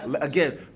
Again